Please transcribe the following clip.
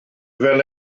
fel